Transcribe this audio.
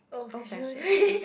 old fashion right